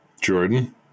Jordan